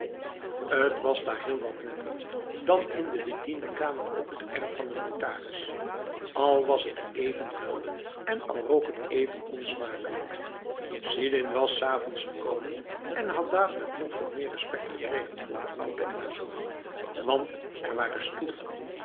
t was daar heel wat netter dan in de bediendenkamer op het erf van de notaris al was het even vuil en al rook het even onsmakelijk sidin was s avonds gekomen en had dadelijk nog veel meer respect gekregen voor de oude en haar zoon want er waren stoelen